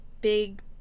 big